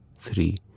three